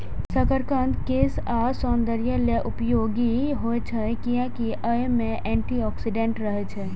शकरकंद केश आ सौंदर्य लेल उपयोगी होइ छै, कियैकि अय मे एंटी ऑक्सीडेंट रहै छै